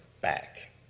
back